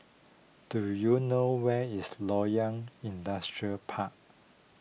do you know where is Loyang Industrial Park